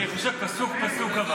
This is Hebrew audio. אני חושב, פסוק-פסוק.